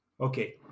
okay